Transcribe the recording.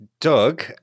Doug